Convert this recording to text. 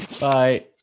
Bye